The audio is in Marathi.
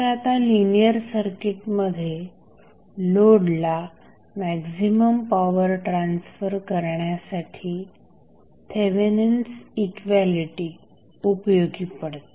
तर आता लिनिअर सर्किटमध्ये लोडला मॅक्झिमम पॉवर ट्रान्सफर करण्यासाठी थेवेनिन्स इक्वालिटी उपयोगी पडते